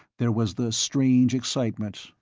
there was the strange excitement,